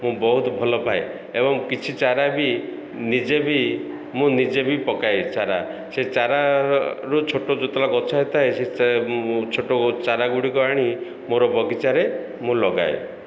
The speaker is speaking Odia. ମୁଁ ବହୁତ ଭଲପାଏ ଏବଂ କିଛି ଚାରା ବି ନିଜେ ବି ମୁଁ ନିଜେ ବି ପକାଏ ଚାରା ସେ ଚାରାରୁ ଛୋଟ ଯେତେବେଳେ ଗଛ ହେଇଥାଏ ସେ ଛୋଟ ଚାରାଗୁଡ଼ିକ ଆଣି ମୋର ବଗିଚାରେ ମୁଁ ଲଗାଏ